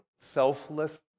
selfless